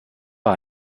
war